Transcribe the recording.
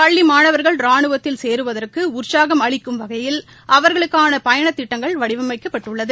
பள்ளி மாணவர்கள் ரானுவத்தில் சேருவதற்கு உற்சாகம் அளிக்கும் வகையில் அவர்களுக்கான பயணத் திட்டங்கள் வடிவமைக்கப்பட்டுள்ளது